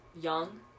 young